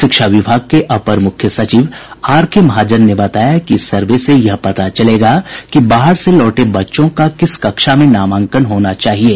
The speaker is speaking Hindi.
शिक्षा विभाग के अपर मुख्य सचिव आर के महाजन ने बताया कि इस सर्वे से यह पता चलेगा कि बाहर से लौटे बच्चों का किस कक्षा में नामांकन होना चाहिये